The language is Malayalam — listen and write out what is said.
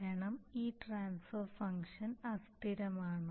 കാരണം ഈ ഫംഗ്ഷൻ അസ്ഥിരമാണ്